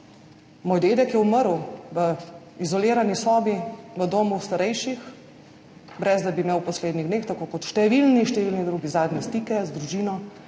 Moj dedek je umrl v izolirani sobi v domu starejših, brez da bi imel v poslednjih dneh, tako kot številni drugi, zadnje stike z družino,